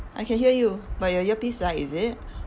I can hear you but your earpiece ah is it